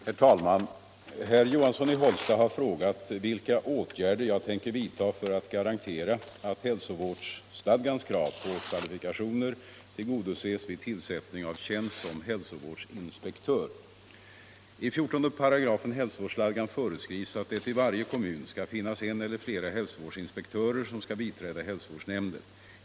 Herr talman! Herr Johansson i Hållsta har frågat vilka åtgärder jag tänker vidta för att garantera att hälsovårdsstadgans krav på kvalifikationer tillgodoses vid tillsättning av tjänst som hälsovårdsinspektör. I 14 § hälsovårdsstadgan föreskrivs att det i varje kommun skall finnas en eller flera hälsovårdsinspektörer som skall biträda hälsovårdsnämnden.